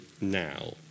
now